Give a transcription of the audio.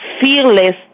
fearless